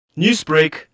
Newsbreak